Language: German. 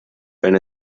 wenn